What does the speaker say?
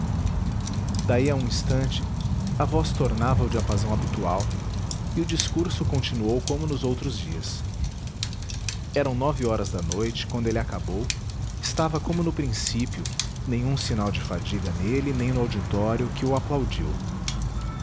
daí a um instante a voz tornava ao diapasão habitual e o discurso continuou como nos outros dias eram nove horas da noite quando ele acabou estava como no princípio nenhum sinal de fadiga nele nem no auditório que o aplaudiu